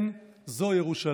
כן, זו ירושלים.